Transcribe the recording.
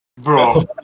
Bro